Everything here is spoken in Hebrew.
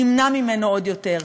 נמנע ממנו עוד יותר.